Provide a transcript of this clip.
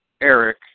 Eric